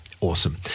Awesome